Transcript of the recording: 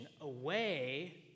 away